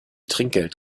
trinkgeld